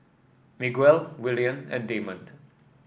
Miguel Willian and Damond